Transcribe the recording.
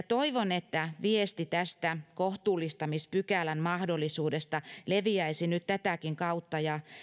toivon että viesti tästä kohtuullistamispykälän mahdollisuudesta leviäisi nyt tätäkin kautta ja